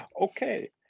Okay